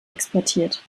exportiert